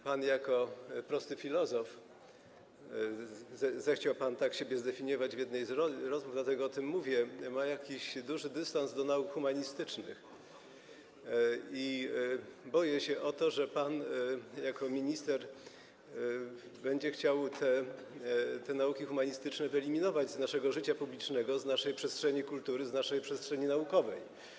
Pan jako prosty filozof - zechciał pan tak siebie zdefiniować w jednej z rozmów, dlatego o tym mówię - ma jakiś duży dystans do nauk humanistycznych i boję się o to, że pan jako minister będzie chciał te nauki humanistyczne wyeliminować z naszego życia publicznego, z naszej przestrzeni kultury, z naszej przestrzeni naukowej.